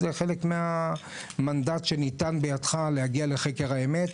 זה חלק מהמנדט שניתן בידך להגיע לחקר האמת,